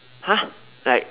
!huh! like